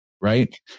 Right